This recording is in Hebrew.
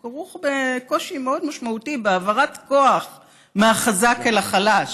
הוא כרוך בקושי מאוד משמעותי של העברת כוח מהחזק אל החלש,